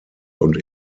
und